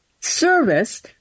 service